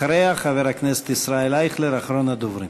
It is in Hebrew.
אחריה, חבר הכנסת ישראל אייכלר, אחרון הדוברים.